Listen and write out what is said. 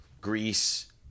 Greece